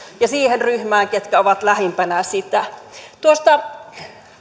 ja siihen ryhmään ketkä ovat lähimpänä sitä tuosta